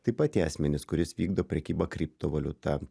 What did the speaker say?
taip pat tie asmenys kuris vykdo prekybą kriptovaliuta